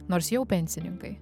nors jau pensininkai